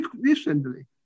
recently